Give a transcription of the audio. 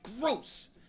Gross